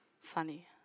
Funny